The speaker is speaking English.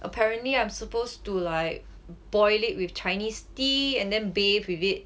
apparently I'm supposed to like boil it with chinese tea and then bathe with it